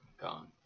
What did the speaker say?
gone